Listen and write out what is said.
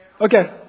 Okay